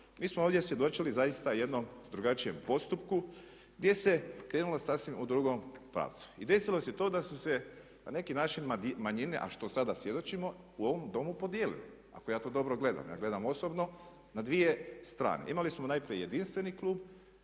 Mi smo ovdje svjedočili zaista jednom drugačijem postupku gdje se krenulo sasvim u drugom pravcu. I desilo se to da su se na neki način manjine a što sada svjedočimo u ovom Domu podijelile, ako ja to dobro gledam. Ja gledam osobno na dvije strane. Imali smo najprije jedinstveni Klub